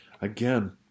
again